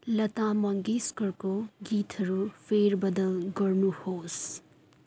लता मङ्गेशकरको गीतहरू फेरबदल गर्नुहोस्